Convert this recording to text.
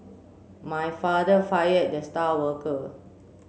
my father fired the star worker